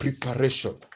preparation